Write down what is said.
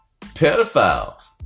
Pedophiles